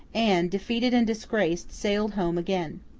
and, defeated and disgraced, sailed home again.